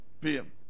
PM